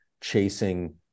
chasing